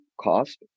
cost